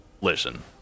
Listen